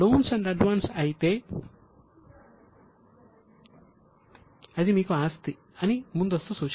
loans and advance అయితే అది మీకు ఆస్తి అని ముందస్తు సూచన